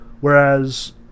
Whereas